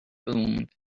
boomed